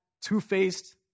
two-faced